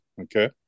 okay